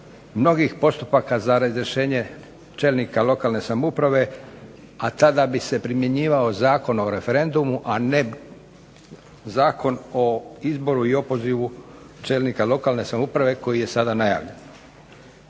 mnogih postupaka za razrješenje čelnika lokalne samouprave, a tada bi se primjenjivao Zakon o referendumu, a ne Zakon o izboru i opozivu čelnika lokalne samouprave koji je sada najavljen.